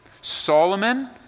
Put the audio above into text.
Solomon